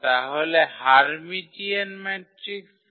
তাহলে Hermitian matrix কি